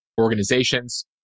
organizations